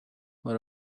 for